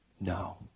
No